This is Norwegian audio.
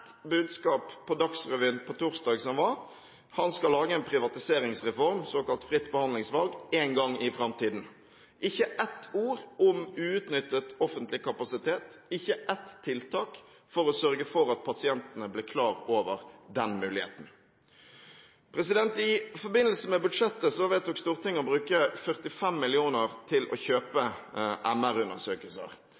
budskap på Dagsrevyen på torsdag som var, han skal lage en privatiseringsreform – et såkalt fritt behandlingsvalg – en gang i framtiden. Det var ikke ett ord om uutnyttet offentlig kapasitet, ikke ett tiltak for å sørge for at pasientene blir klar over den muligheten. I forbindelse med budsjettet vedtok Stortinget å bruke 45 mill. kr til å kjøpe